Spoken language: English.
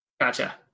Gotcha